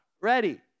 ready